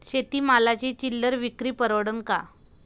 शेती मालाची चिल्लर विक्री परवडन का?